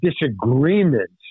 disagreements